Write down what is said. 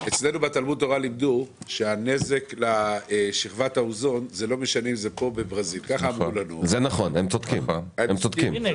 בוא נגיד שאם ההעברה הזאת לא הייתה עוברת עכשיו,